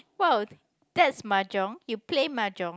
!wow! that's mahjong you play mahjong